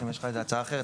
אם יש לך הצעה אחרת,